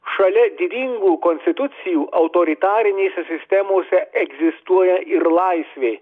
šalia didingų konstitucijų autoritarinėse sistemose egzistuoja ir laisvė